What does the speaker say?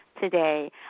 today